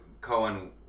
Cohen